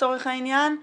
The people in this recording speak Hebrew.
לצורך העניין,